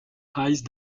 ice